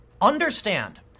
understand